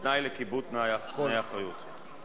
יעלה ויבוא יושב-ראש ועדת הכלכלה להציג בשם